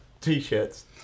T-shirts